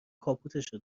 کاپوتشو